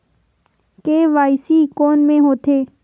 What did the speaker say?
KYC कोन में होथे?